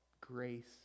grace